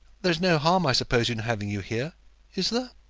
there is no harm, i suppose, in having you here is there?